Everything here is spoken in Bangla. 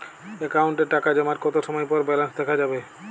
অ্যাকাউন্টে টাকা জমার কতো সময় পর ব্যালেন্স দেখা যাবে?